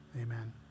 amen